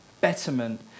betterment